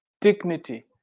dignity